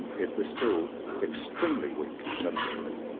and it was still extremely weak militarily.